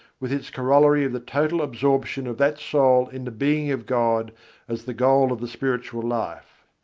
with its corollary of the total absorption of that soul in the being of god as the goal of the spiritual life.